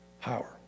power